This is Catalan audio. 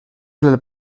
del